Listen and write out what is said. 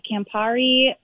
Campari